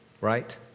Right